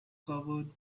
covered